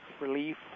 relief